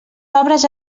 obres